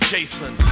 Jason